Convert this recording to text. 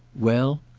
well,